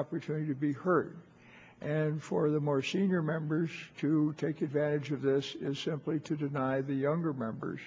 opportunity to be heard and for the more senior members to take advantage of this is simply to deny the younger members